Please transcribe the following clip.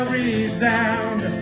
resound